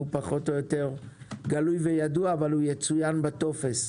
פחות או יותר גלוי וידוע אבל יצוין בטופס.